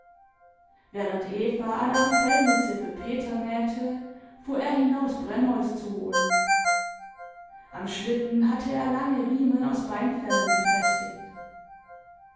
während eva an einer fellmütze für peter nähte fuhr er hinaus brennholz zu holen am schlitten hatte er lange riemen aus beinfellen befestigt